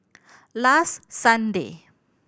last Sunday